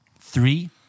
Three